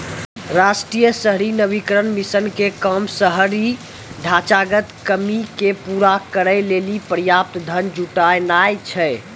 राष्ट्रीय शहरी नवीकरण मिशन के काम शहरी ढांचागत कमी के पूरा करै लेली पर्याप्त धन जुटानाय छै